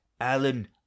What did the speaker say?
alan